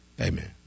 Amen